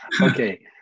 Okay